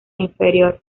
inferior